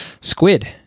Squid